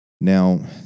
Now